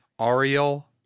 Ariel